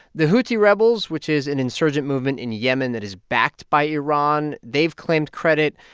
the houthi rebels, which is an insurgent movement in yemen that is backed by iran they've claimed credit.